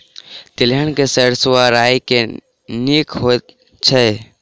तेलहन मे सैरसो आ राई मे केँ नीक होइ छै?